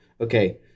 Okay